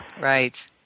right